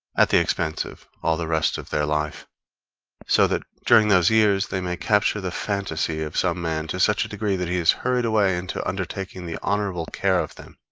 at the expense of all the rest of their life so that during those years they may capture the fantasy of some man to such a degree that he is hurried away into undertaking the honorable care of them,